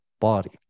body